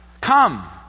Come